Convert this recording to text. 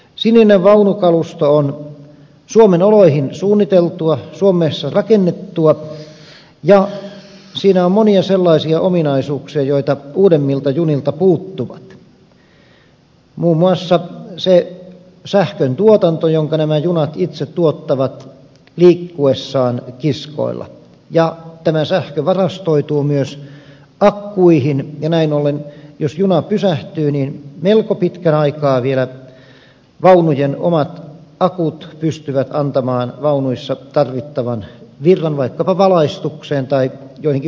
sininen vaunukalusto on suomen oloihin suunniteltua suomessa rakennettua ja siinä on monia sellaisia ominaisuuksia jotka uudemmilta junilta puuttuvat muun muassa sähköntuotanto se että nämä junat itse tuottavat sähkön liikkuessaan kiskoilla ja tämä sähkö varastoituu myös akkuihin ja näin ollen jos juna pysähtyy melko pitkän aikaa vielä vaunujen omat akut pystyvät antamaan vaunuissa tarvittavan virran vaikkapa valaistukseen tai joihinkin muihin toimintoihin